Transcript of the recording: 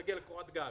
להגיע לקורת גג.